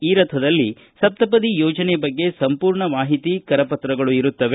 ಈ ರಥದಲ್ಲಿ ಸಪ್ತಪದಿ ಯೋಜನೆ ಬಗ್ಗೆ ಸಂಪೂರ್ಣ ಮಾಹಿತಿ ಕರಪತ್ರಗಳು ಇರುತ್ತವೆ